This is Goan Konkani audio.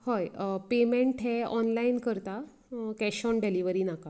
हय पेमेन्ट हें ऑनलायन करतां केश ऑन डेलिवरी नाका थँक्यू सो माच